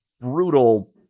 brutal